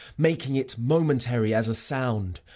making it momentary as a sound,